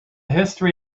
history